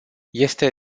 este